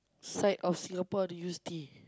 side of Singapore do you stay